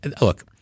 Look –